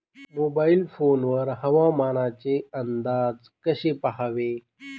Mobile phone वर हवामानाचे अंदाज कसे पहावे?